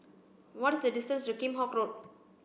what is the distance to Kheam Hock Road